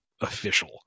official